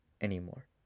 anymore